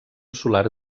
solar